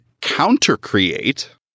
counter-create